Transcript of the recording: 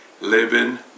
living